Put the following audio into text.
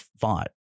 fought